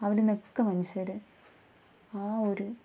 അവിട്ന്നൊക്കെ മനുഷ്യര് ആ ഒരു